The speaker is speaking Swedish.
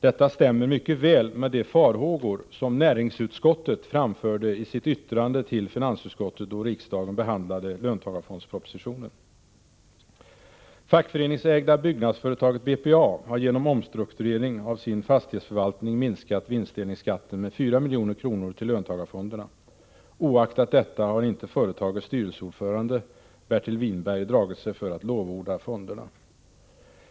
Detta stämmer mycket väl med de farhågor som näringsutskottet framförde i sitt yttrande till finansutskottet då riksdagen behandlade löntagarfondspropositionen. Fackföreningsägda byggnadsföretaget BPA har genom omstrukturering av sin fastighetsförvaltning minskat vinstdelningsskatten med 4 milj.kr. till löntagarfonderna. Oaktat detta har inte företagets styrelseordförande Bertil Whinberg dragit sig för att lovorda fonderna.